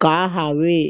का हावे?